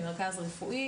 ממרכז רפואי,